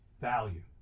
value